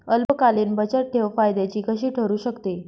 अल्पकालीन बचतठेव फायद्याची कशी ठरु शकते?